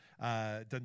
done